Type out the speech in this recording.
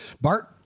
Bart